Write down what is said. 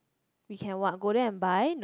we can what go there and buy